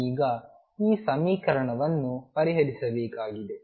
ಈಗ ಈ ಸಮೀಕರಣವನ್ನು ಪರಿಹರಿಸಬೇಕಾಗಿದೆ